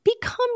become